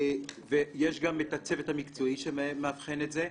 יש גם צוות מקצועי שמאבחן את זה.